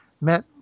met